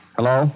Hello